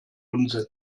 unsinn